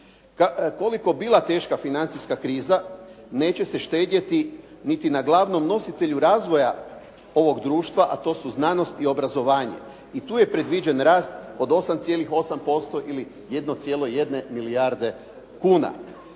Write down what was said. Koliko bila teška financijska kriza, neće se štedjeti niti na glavnom nositelju razvoja ovog društva, a to su znanost i obrazovanje. I tu je predviđen rast od 8,8% ili 1,1 milijarde kuna.